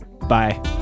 Bye